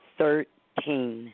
thirteen